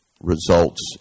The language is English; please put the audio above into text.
results